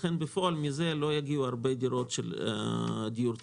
לכן בפועל מזה לא יגיעו הרבה דירות של דיור ציבורי.